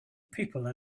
people